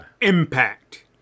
impact